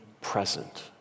present